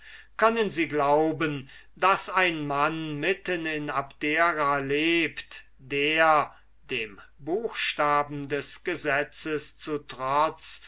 können sie glauben daß ein mann mitten in abdera lebt der dem buchstaben des gesetzes zu trotz